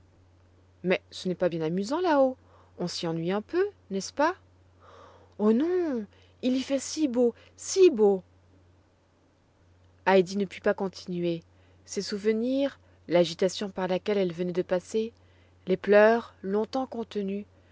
mais ce n'est pas bien amusant là-haut on s'y ennuie un peu n'est-ce pas oh non il y fait si beau si beau heidi ne put pas continuer ses souvenirs l'agitation par laquelle elle venait de passer les pleurs longtemps contenus